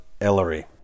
Ellery